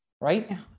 right